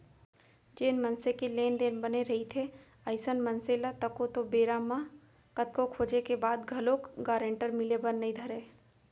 जेन मनसे के लेन देन बने रहिथे अइसन मनसे ल तको तो बेरा म कतको खोजें के बाद घलोक गारंटर मिले बर नइ धरय